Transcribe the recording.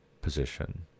position